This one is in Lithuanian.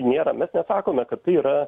nėra mes nesakome kad tai yra